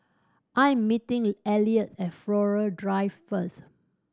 I'm meeting Elliot at Flora Drive first